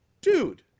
Dude